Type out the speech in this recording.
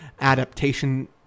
Adaptation